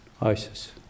ISIS